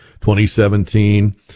2017